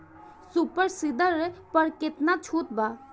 Super seeder पर केतना छूट बा?